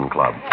Club